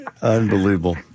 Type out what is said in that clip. Unbelievable